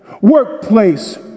Workplace